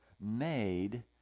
made